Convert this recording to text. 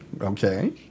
Okay